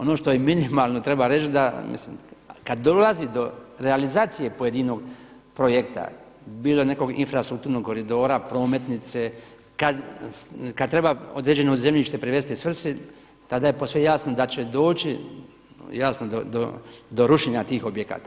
Ono što minimalno treba reći da, mislim kad dolazi do realizacije pojedinog projekta, bilo nekog infrastrukturnog koridora, prometnice, kad treba određeno zemljište privesti svrsi tada je posve jasno da će doći jasno do rušenja tih objekata.